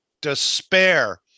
despair